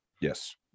Yes